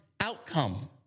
outcome